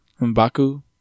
Mbaku